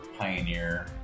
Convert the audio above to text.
Pioneer